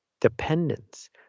dependence